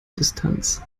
distanz